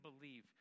believe